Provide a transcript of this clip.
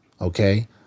okay